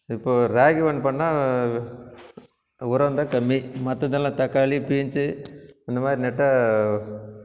இப்போது ராகி ஒன்று பண்ணால் உரந்தான் கம்மி மற்றதெல்லாம் தக்காளி பீன்ஸு இந்த மாதிரி நட்டா